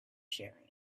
sharing